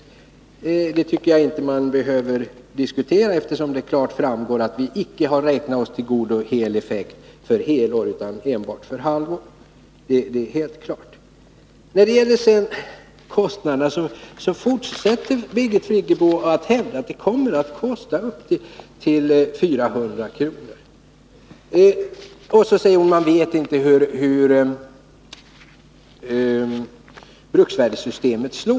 Detta tycker jag inte att vi behöver diskutera, eftersom det klart framgår att vi icke har räknat oss till godo hel effekt för helår utan enbart för halvår. Det är helt klart. När det gäller kostnaderna, så fortsätter Birgit Friggebo att hävda att det kommer att kosta upp till 400 kr. i månaden. Hon säger: Man vet inte hur bruksvärdessystemet slår.